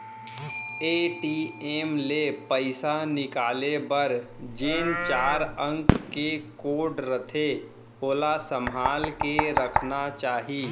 ATM ले पइसा निकाले बर जेन चार अंक के कोड रथे ओला संभाल के रखना चाही